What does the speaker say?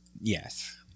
yes